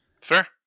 Fair